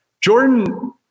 Jordan